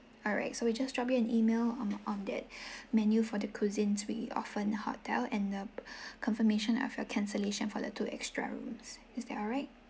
alright so we just drop you an email on on that menu for the cuisines we offer in the hotel and the confirmation of your cancellation for the two extra rooms is that alright